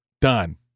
done